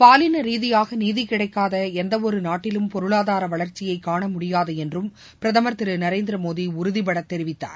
பாலின ரீதியாக நீதி கிடைக்காத எந்தவொரு நாட்டிலும் பொருளாதார வளர்ச்சியை காண முடியாது என்றும் பிரதமர் திரு நரேந்திர மோடி உறுதிபடத் தெரிவித்தார்